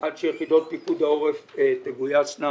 עד שיחידות פיקוד העורף תגויסנה.